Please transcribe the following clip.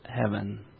heaven